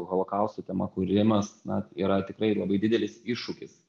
holokausto tema kūrimas na yra tikrai labai didelis iššūkis